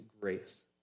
grace